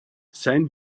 seien